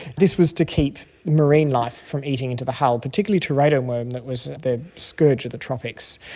this was to keep marine life from eating into the hull, particularly teredo worm that was the scourge of the tropics.